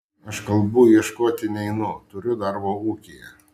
aš kalbų ieškoti neinu turiu darbo ūkyje